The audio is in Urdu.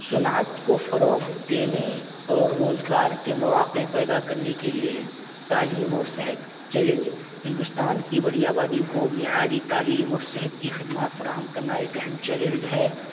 صنعت کو فروغ دینے اور روزگار کے مواقع پیدا کرنے کے لیے ہیں تعلیم اور صحت چیلینج ہندوستان کی بڑی آبادی کو معیاری تعلیم اور صحت کی خدمات فراہم کرنا ایک اہم چیلینج ہے